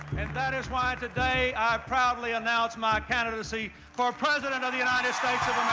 and that is why today, i proudly announce my candidacy for president of the united states of